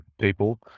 people